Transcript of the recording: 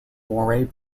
moray